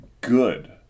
Good